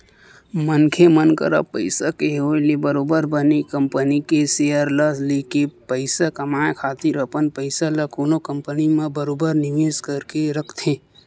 मनखे मन करा पइसा के होय ले बरोबर बने कंपनी के सेयर ल लेके पइसा कमाए खातिर अपन पइसा ल कोनो कंपनी म बरोबर निवेस करके रखथे